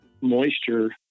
moisture